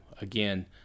again